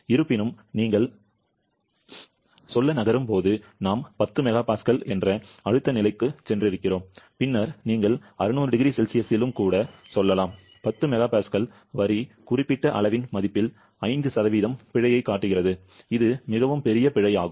இருப்பினும் நீங்கள் சொல்ல நகரும் போது நாம் 10 MPa என்ற அழுத்த நிலைக்குச் சென்றிருக்கிறோம் பின்னர் நீங்கள் 600 0C யிலும் கூட சொல்லலாம் 10 MPa வரி குறிப்பிட்ட அளவின் மதிப்பில் 5 பிழையைக் காட்டுகிறது இது மிகவும் பெரிய பிழை ஆகும்